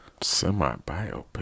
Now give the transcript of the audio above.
Semi-biopic